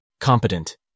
Competent